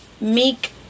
Meek